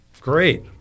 Great